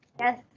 Yes